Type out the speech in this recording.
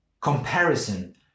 comparison